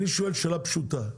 אני שואל שאלה פשוטה,